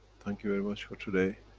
thank you very much for today.